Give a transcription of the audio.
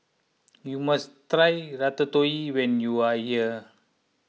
you must try Ratatouille when you are here